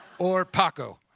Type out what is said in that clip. or paco.